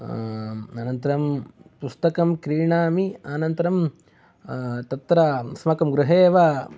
अनन्तरं पुस्तकं क्रीणामि अनन्तरं तत्र अस्माकं गृहे एव